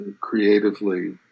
creatively